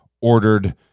ordered